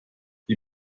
die